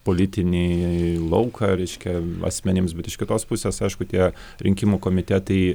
politinį lauką reiškia asmenims bet iš kitos pusės aišku tie rinkimų komitetai